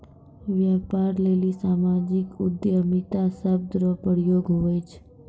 व्यापार लेली सामाजिक उद्यमिता शब्द रो प्रयोग हुवै छै